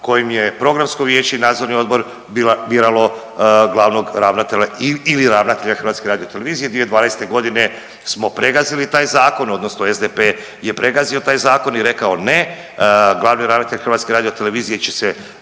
kojim je Programsko vijeće i Nadzorni odbor biralo glavnog ravnatelja ili ravnatelja HRT-a, 2012. smo pregazili taj zakon odnosno SDP je pregazio taj zakon i rekao ne, glavni ravnatelj HRT će se birati ovdje u